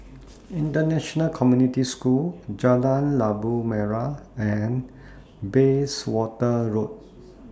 International Community School Jalan Labu Merah and Bayswater Road